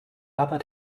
aber